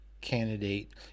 candidate